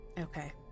Okay